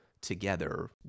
together